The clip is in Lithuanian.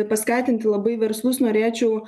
paskatinti labai verslus norėčiau